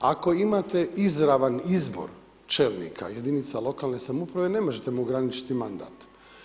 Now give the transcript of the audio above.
Ako imate izravan izbor čelnika jedinica lokalne samouprave, ne možete mu ograničiti mandat.